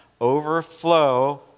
overflow